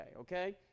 Okay